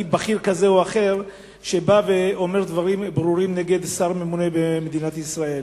כזה או אחר שבא ואומר דברים ברורים נגד שר ממונה במדינת ישראל.